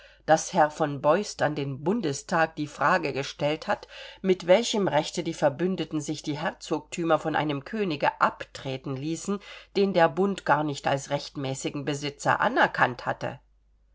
daß herr von beust an den bundestag die frage gestellt hat mit welchem rechte die verbündeten sich die herzogtümer von einem könige abtreten ließen den der bund gar nicht als rechtmäßigen besitzer anerkannt hatte